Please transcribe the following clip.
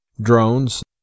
drones